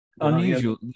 unusual